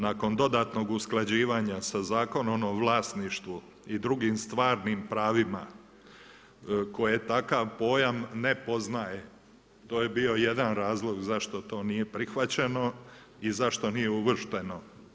Nakon dodatnog usklađivanja sa Zakonom o vlasništvu i drugim stvarnim pravima koje takav pojam ne poznaje, to je bio jedan razlog zašto to nije prihvaćeno i zašto nije uvršteno.